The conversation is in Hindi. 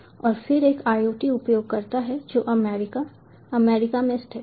और फिर एक IoT उपयोगकर्ता है जो अमेरिका अमेरिका में स्थित है